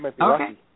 Okay